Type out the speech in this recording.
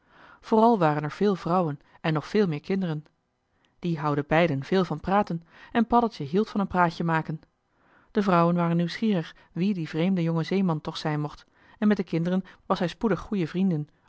vooral waren er veel vrouwen en nog veel meer kinderen die houden beiden veel van praten en paddeltje hield van een praatje maken de vrouwen waren nieuwsgierig wie die vreemde jonge zeeman toch zijn mocht en met de kinderen was hij spoedig goeie vrienden